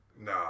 Nah